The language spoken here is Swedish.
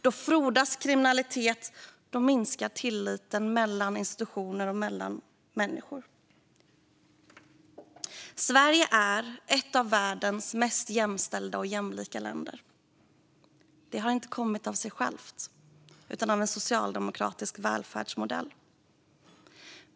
Då frodas kriminalitet. Då minskar tilliten mellan institutioner och mellan människor. Sverige är ett av världens mest jämställda och jämlika länder. Det har inte kommit av sig självt utan av en socialdemokratisk välfärdsmodell.